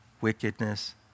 wickedness